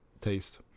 taste